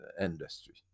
industry